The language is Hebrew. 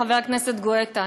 חבר הכנסת גואטה,